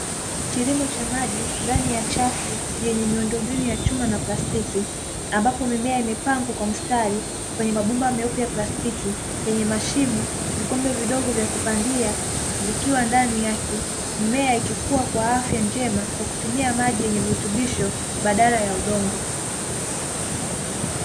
Kilimo cha maji ndani ya chafu, yenye miundombinu ya chuma na plastiki, ambapo mimea imepangwa kwa mstari kwenye mabomba meupe ya plastiki yenye mashimo vikombe vidogo vya kupandia vikiwa ndani yake mmea ikikua kwa afya njema kwa kutumia maji yenye virutubisho badala ya udongo.